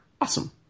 awesome